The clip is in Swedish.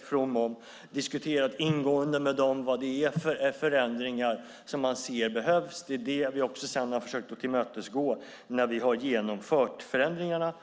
ingående diskuterat vilka förändringar som man ser behövs. Det är det som vi sedan också har försökt att tillmötesgå när vi har genomfört förändringarna.